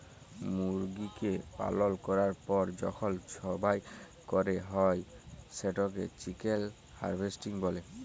মুরগিকে পালল ক্যরার পর যখল জবাই ক্যরা হ্যয় সেটকে চিকেল হার্ভেস্টিং ব্যলে